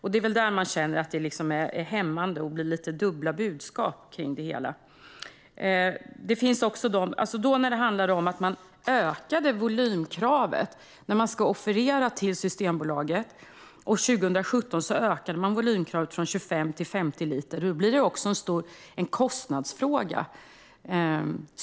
Det är där det blir dubbla budskap, som är lite hämmande. Nu handlar det om att öka volymkravet när producenten ska offerera till Systembolaget, och 2017 ökade volymkravet från 25 till 50 liter. Nu blir det också en kostnadsfråga.